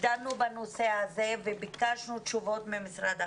דנו בנושא הזה וביקשנו תשובות ממשרד החינוך.